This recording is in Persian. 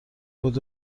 بود